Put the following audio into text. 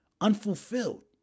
unfulfilled